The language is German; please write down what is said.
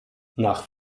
nach